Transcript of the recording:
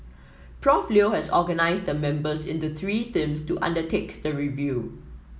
Prof Leo has organised the members into three teams to undertake the review